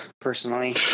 personally